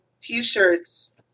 t-shirts